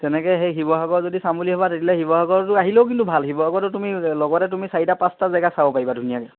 তেনেকে সেই শিৱসাগৰ যদি চাম বুলি ভাবা তেতিয়া হ'লে শিৱসাগৰটো আহিলেও কিন্তু ভাল শিৱসাগৰটো তুমি লগতে তুমি চাৰিটা পাঁচটা জেগা চাব পাৰিবা ধুনিয়াকে